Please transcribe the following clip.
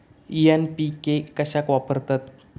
NPK कशाक वापरतत?